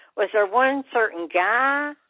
was there one certain guy?